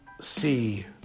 see